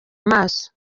amaso